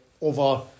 Over